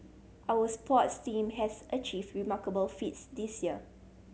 our sports team has achieved remarkable feats this year